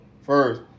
first